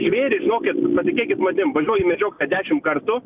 žvėrys žinokit patikėkit manim važiuoju į medžioklę dešim kartų